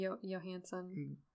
Johansson